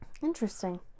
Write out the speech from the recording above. Interesting